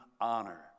honor